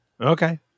Okay